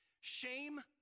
Shame